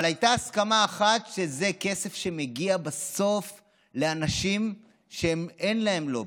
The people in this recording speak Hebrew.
אבל הייתה הסכמה אחת: שזה כסף שמגיע בסוף לאנשים שאין להם לובי.